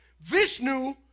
Vishnu